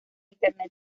internet